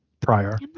prior